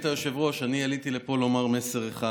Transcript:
היושב-ראש, אני עליתי לפה לומר מסר אחד: